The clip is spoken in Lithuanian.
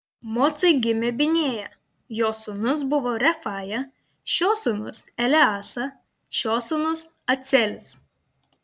mocai gimė binėja jo sūnus buvo refaja šio sūnus eleasa šio sūnus acelis